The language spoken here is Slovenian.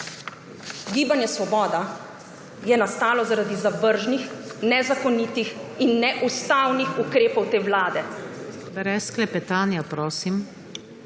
Gibanje Svoboda je nastalo zaradi zavržnih, nezakonitih in neustavnih ukrepov te vlade